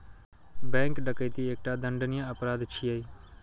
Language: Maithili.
बैंक डकैती एकटा दंडनीय अपराध छियै